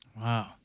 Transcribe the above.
Wow